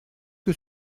que